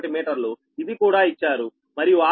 1మీటర్లు ఇది కూడా ఇచ్చారు మరియు r 0